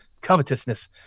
covetousness